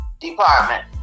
Department